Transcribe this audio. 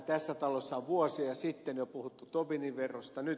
tässä talossa on vuosia sitten jo puhuttu tobinin verosta